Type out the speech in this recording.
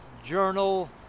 journal